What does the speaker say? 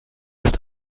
ist